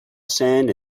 sand